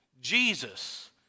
Jesus